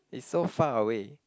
is so far away